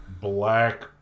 black